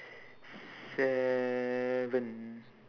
seven